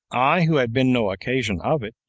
i, who had been no occasion of it,